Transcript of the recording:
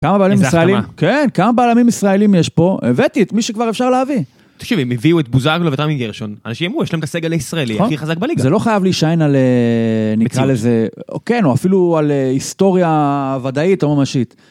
כמה בלמים ישראלים יש פה? הבאתי את מי שכבר אפשר להביא. תקשיב, הם הביאו את בוזגולו ואת רמי גרשון. אנשים אמרו, יש להם את הסגל הישראלי, הכי חזק בליגה. זה לא חייב להישען על מציאות, נקרא לזה, או כן, או אפילו על היסטוריה וודאית או ממשית.